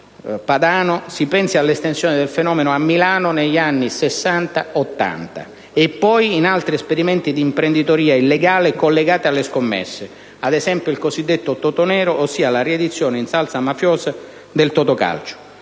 ricordare l'estensione del fenomeno a Milano negli anni 1960-1980) e poi in altri esperimenti di imprenditoria illegale collegati alle scommesse (ad esempio, il cosiddetto Totonero, ossia la riedizione in salsa mafiosa del Totocalcio).